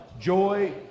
joy